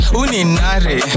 uninare